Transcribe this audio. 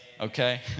okay